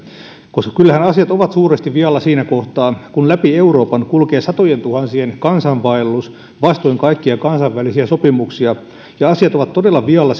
koska kyllähän asiat ovat suuresti vialla siinä kohtaa kun läpi euroopan kulkee satojentuhansien kansainvaellus vastoin kaikkia kansainvälisiä sopimuksia ja asiat ovat todella vialla